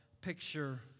picture